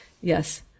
Yes